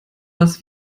was